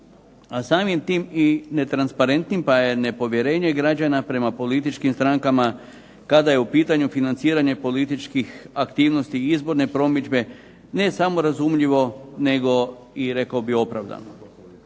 a samim tim i netransparentnim pa je nepovjerenje građana prema političkim strankama, kada je u pitanju financiranje političkih aktivnosti izborne promidžbe, ne samo razumljivo nego i rekao bih opravdano.